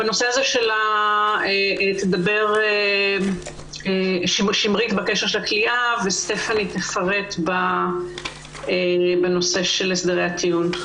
בנושא הזה תדבר שמרית וסטפאני תפרט בנושא של הסדרי הטיעון.